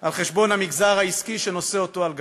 על חשבון המגזר העסקי, שנושא אותו על גבו.